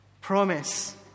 promise